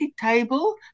table